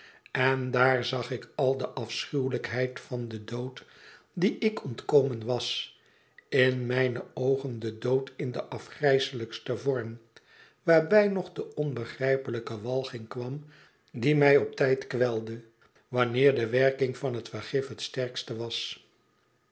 en daar zag ik al de afschuwelijkheid van den dood dien ik ontkomen was in mijne oogen den dood in den afgrijselijksten vorm waarbij nog de onbegrijpelijke walging kwam die mij op dien tijd kwelde wanneer de werking van het vergif het sterkst was